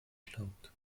glaubt